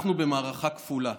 אנחנו במערכה כפולה: